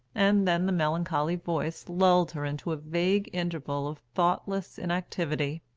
and then the melancholy voice lulled her into a vague interval of thoughtless inactivity.